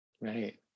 Right